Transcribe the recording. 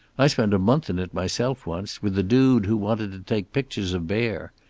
i spent a month in it myself, once, with a dude who wanted to take pictures of bear.